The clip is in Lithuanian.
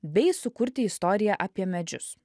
bei sukurti istoriją apie medžius